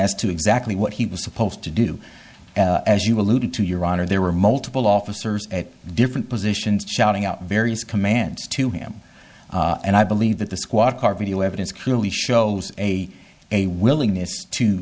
as to exactly what he was supposed to do as you alluded to your honor there were multiple officers at different positions shouting out various commands to him and i believe that the squad car video evidence clearly shows a a willingness to